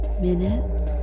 minutes